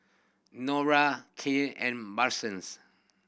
Norah K and Bransons